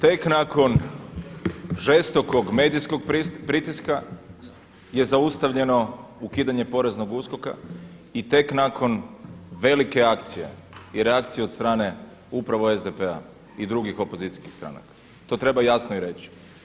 Tek nakon žestokog medijskog pritiska je zaustavljeno ukidanje poreznog Uskoka i tek nakon velike akcije i reakcije od strane upravo SDP-a i drugih opozicijskih stranaka, to treba jasno i reći.